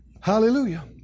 Hallelujah